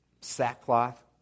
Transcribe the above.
sackcloth